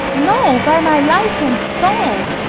no, by my life and soul!